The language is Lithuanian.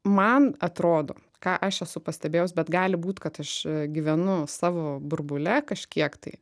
man atrodo ką aš esu pastebėjus bet gali būt kad aš gyvenu savo burbule kažkiek tai